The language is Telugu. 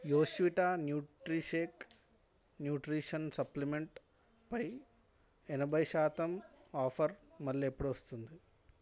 యోస్వీటా న్యూట్రీషేక్ న్యూట్రిషన్ సప్లిమెంట్పై ఎనభై శాతం ఆఫర్ మళ్ళీ ఎప్పుడు వస్తుంది